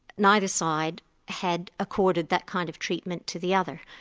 neither side had accorded that kind of treatment to the other.